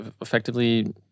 effectively